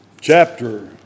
chapter